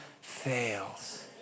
fails